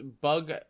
bug